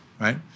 right